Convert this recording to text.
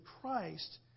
Christ